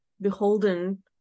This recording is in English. beholden